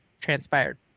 transpired